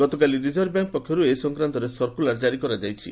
ଗତକାଲି reserve bank ପକ୍ଷରୁ ଏ ସଂକ୍ରାନ୍ତ ସର୍କୁଲାର ଜାରୀ କରାଯାଇଛି